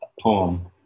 poem